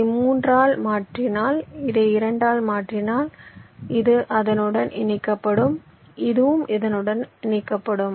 இதை 3 ஆல் மாற்றினால் இதை 2 ஆல் மாற்றினால் இது இதனுடன் இணைக்கப்படும் இதுவும் இதனுடன் இணைக்கப்படும்